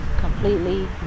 completely